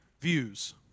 views